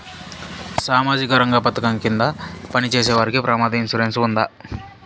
సామాజిక రంగ పథకం కింద పని చేసేవారికి ప్రమాద ఇన్సూరెన్సు ఉందా?